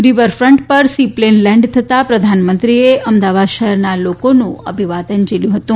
riverfront ઉપર seaplane land થતાં પ્રધાનમંત્રીએ અમદાવાદ શહેરના લોકોનું અભિવાદન ઝીલ્યું હતું